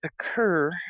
occur